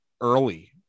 early